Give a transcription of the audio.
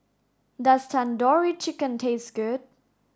does Tandoori Chicken taste good